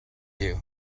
you